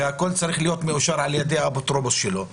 והכול צריך להיות מאושר על ידי האפוטרופוס שלו.